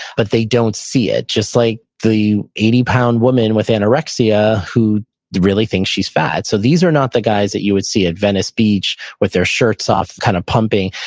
but they don't see it. it. just like the eighty pound woman with anorexia who really thinks she's fat so these are not the guys that you would see at venice beach with their shirts off kind of pumping,